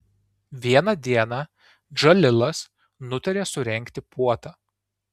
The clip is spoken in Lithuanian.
vieną dieną džalilas nutarė surengti puotą